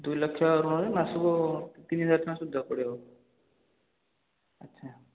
ଦୁଇ ଲକ୍ଷ ମାସକୁ ତିନି ହଜାର ଟଙ୍କା ସୁଧ ପଡ଼ିବ ଆଚ୍ଛା